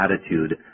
attitude